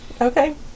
Okay